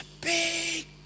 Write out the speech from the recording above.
Big